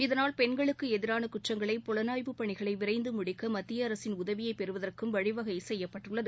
இதனால் பெண்களுக்கு எதிரான குற்றங்களை புலனாய்வு பணிகளை விரைந்து முடிக்க மத்திய அரசின் உதவியை பெறுவதற்கும் வழிவகை செய்யப்பட்டுள்ளது